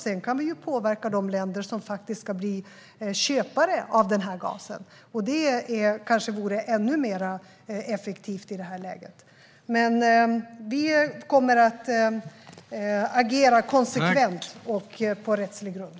Sedan kan vi påverka de länder som ska bli köpare av den här gasen, och det kanske vore ännu effektivare i det här läget. Men vi kommer att agera konsekvent och på rättslig grund.